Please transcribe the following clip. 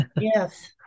Yes